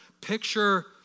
Picture